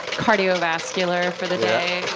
cardiovascular for the day.